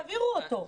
תעבירו אותו.